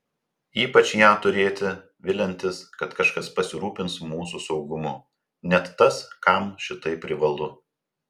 ypač ją turėti viliantis kad kažkas pasirūpins mūsų saugumu net tas kam šitai privalu